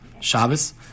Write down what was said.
Shabbos